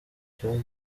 kibazo